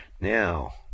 Now